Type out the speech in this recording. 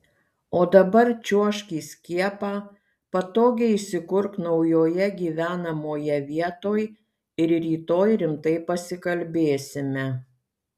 o dabar čiuožk į skiepą patogiai įsikurk naujoje gyvenamoje vietoj ir rytoj rimtai pasikalbėsime